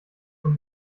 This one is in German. von